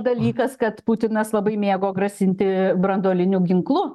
dalykas kad putinas labai mėgo grasinti branduoliniu ginklu